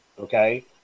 okay